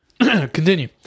Continue